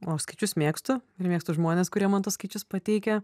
o skaičius mėgstu ir mėgstu žmones kurie man tuos skaičius pateikia